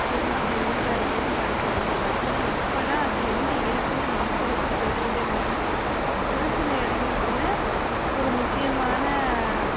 அதிகமாக ஃபேமஸாக இருந்தது பரதநாட்டியம் தான் ஆனால் இப்போலாம் அது எங்கே இருக்குதுனே மக்களுக்கு தெரியவே மாட்டிகிது ஒரு சில இடங்கத்துல ஒரு முக்கியமான